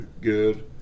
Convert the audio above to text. good